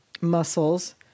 muscles